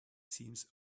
seems